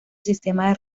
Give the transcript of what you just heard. sistema